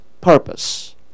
purpose